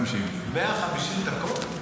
דקות?